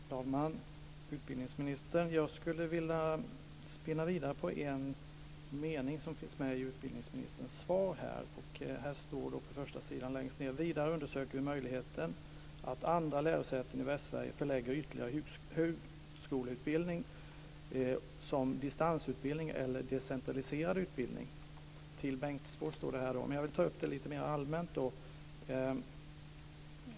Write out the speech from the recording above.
Fru talman! Herr utbildningsminister! Jag skulle vilja spinna vidare på en mening som finns med i utbildningsministerns svar. Det står: "Vidare undersöker vi möjligheten att andra lärosäten i Västsverige förlägger ytterligare högskoleutbildning såsom distansutbildning eller decentraliserad utbildning till Jag vill ta upp detta lite mer allmänt.